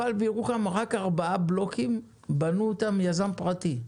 אבל בירוחם רק ארבעה בלוקים בנה יזם פרטי.